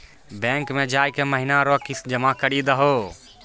bank मे जाय के महीना रो किस्त जमा करी दहो